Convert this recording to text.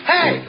Hey